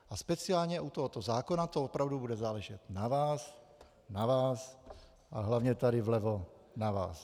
A speciálně u tohoto zákona to opravdu bude záležet na vás, na vás a hlavně tady vlevo na vás.